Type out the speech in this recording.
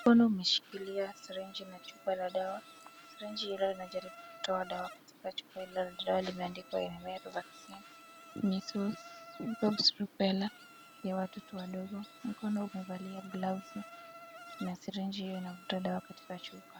Mkono umeshikilia sirinji na chupa la dawa. Sirinji hilo inajaribu kutoa dawa katika chupa hilo limeandika MMR Vaccine, Measles, Mumps, Rubella ya watoto wadogo. Mkono umevalia gloves na sirinji hio inavuta dawa katika chupa.